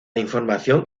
información